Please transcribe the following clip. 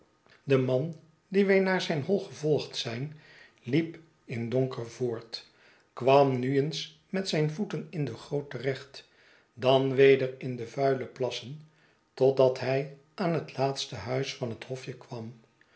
de man dien wij naar zijn hoi gevolgd zijn liep in donker voort kwam nu eens met zijn voeten in de goot terecht dan weder in de vuile plasseh totdat hij aan het laatste huis van het hofje kwam